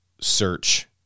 search